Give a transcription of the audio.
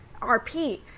RP